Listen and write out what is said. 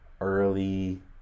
early